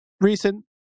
recent